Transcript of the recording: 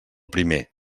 primer